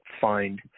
find